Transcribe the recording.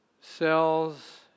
cells